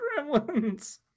Gremlins